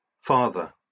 father